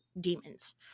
demons